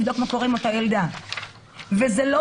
זה משהו שאנחנו רוצים שיקרה,